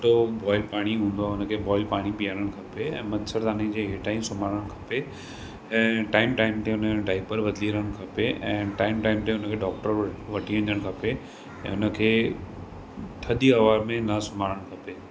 सुठो बॉइल पाणी हूंदो आहे हुनखे बॉइल पाणी पीआरणु खपे ऐं मच्छरदानी जे हेठा ई सुम्हारणु खपे ऐं टाइम टाइम ते हुनजो डाइपर बदिली रहणु खपे ऐं टाइम टाइम ते हुनखे डॉक्टर वटि वठी वञणु खपे ऐं उनखे थदी हवा में न सुम्हारणु खपे